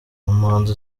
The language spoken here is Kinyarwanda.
n’umuhanzi